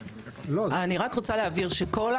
אני רק רוצה להבהיר, שכל,